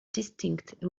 distinct